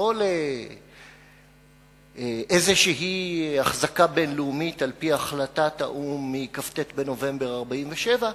לא לאיזו חזקה בין-לאומית על-פי החלטת האו"ם מכ"ט בנובמבר 47',